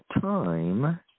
time